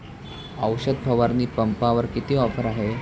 औषध फवारणी पंपावर किती ऑफर आहे?